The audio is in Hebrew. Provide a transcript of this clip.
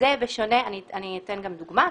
אני אתן גם דוגמה.